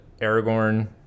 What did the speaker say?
Aragorn